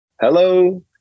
Hello